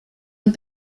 und